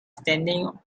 standing